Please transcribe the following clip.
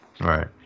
Right